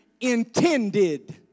intended